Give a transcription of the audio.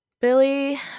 Billy